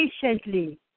patiently